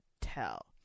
tell